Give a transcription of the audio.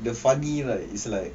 the funny right is like